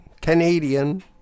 Canadian